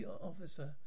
officer